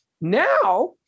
Now